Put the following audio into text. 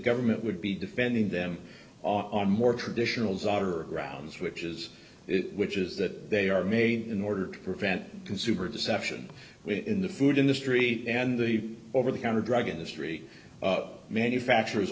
government would be defending them on a more traditional zuyder grounds which is which is that they are made in order to prevent consumer deception in the food industry and the over the counter drug industry manufacturers